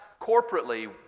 corporately